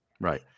Right